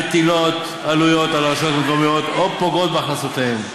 המטילות עלויות על הרשויות המקומיות או פוגעות בהכנסותיהן.